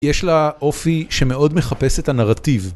יש לה אופי שמאוד מחפש את הנרטיב.